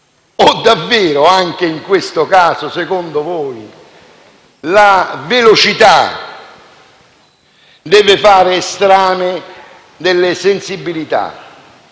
Davvero anche in questo caso, secondo voi, la velocità deve fare strame delle sensibilità